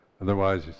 otherwise